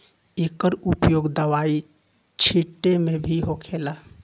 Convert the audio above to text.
एकर उपयोग दवाई छींटे मे भी होखेला